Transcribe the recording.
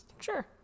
Sure